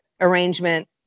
arrangement